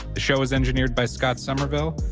the show was engineered by scott somerville.